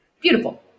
Beautiful